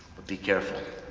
but be careful